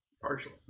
Partial